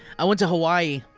i went to hawaii.